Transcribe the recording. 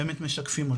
באמת משקפים,